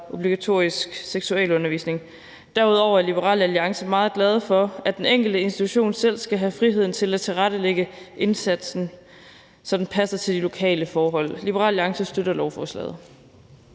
obligatorisk seksualundervisning. Derudover er Liberal Alliance meget glade for, at den enkelte institution selv skal have friheden til at tilrettelægge indsatsen, så den passer til de lokale forhold. Liberal Alliance støtter lovforslaget.